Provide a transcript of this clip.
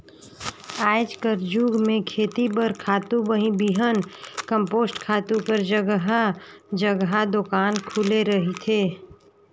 आएज कर जुग में खेती बर खातू, बीहन, कम्पोस्ट खातू कर जगहा जगहा दोकान खुले रहथे